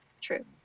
True